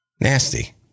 Nasty